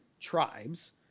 tribes